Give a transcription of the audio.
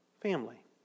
family